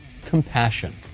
compassion